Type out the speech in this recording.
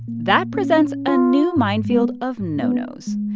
that presents a new minefield of no-no's.